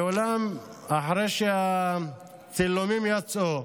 ואולם, אחרי שהצילומים יצאו,